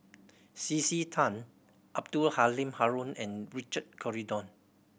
C C Tan Abdul Halim Haron and Richard Corridon